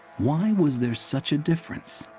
why was there such a difference?